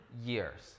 years